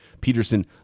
Peterson